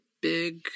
big